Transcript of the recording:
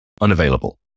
unavailable